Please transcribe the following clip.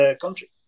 country